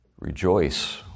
rejoice